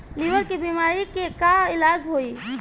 Liver के बीमारी के का इलाज होई?